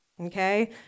okay